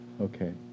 Okay